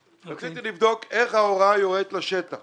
רציתי לבדוק איך ההוראה יורדת לשטח